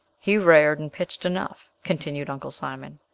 he rared and pitched enough, continued uncle simon.